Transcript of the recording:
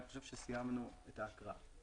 אני חושב שסיימנו את ההקראה.